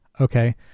okay